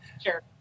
Sure